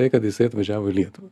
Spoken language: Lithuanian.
tai kad jisai atvažiavo į lietuvą